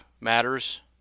matters